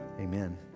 amen